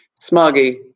smoggy